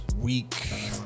Week